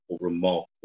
remarkable